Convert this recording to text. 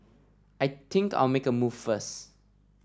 I think I'll make a move first